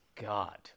God